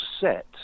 set